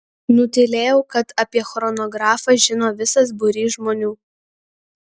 nutylėjau kad apie chronografą žino visas būrys žmonių